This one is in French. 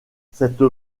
cette